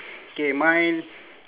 K mine